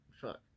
Fuck